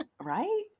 Right